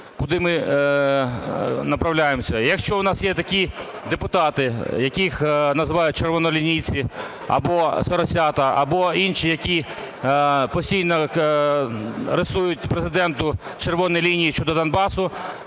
куди ми навправляємося. Якщо в нас є такі депутати, яких називають "червонолінійці", або "соросята", або інші, які постійно рисують президенту "червоні" лінії щодо Донбасу,